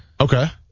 Okay